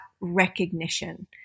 recognition